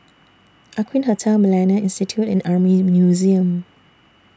Aqueen Hotel Millennia Institute and Army Museum